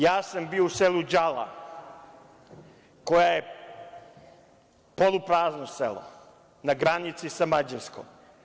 Ja sam bio u selu Đala, kojo je poluprazno selo, na granici sa Mađarskom.